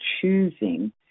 choosing